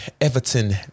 Everton